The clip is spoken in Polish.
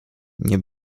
nie